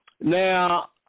Now